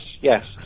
yes